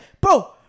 bro